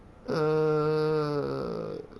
err